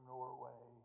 Norway